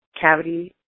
cavity